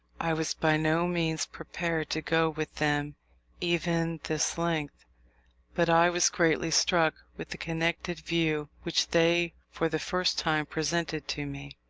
i was by no means prepared to go with them even this length but i was greatly struck with the connected view which they for the first time presented to me,